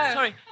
sorry